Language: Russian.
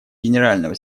генерального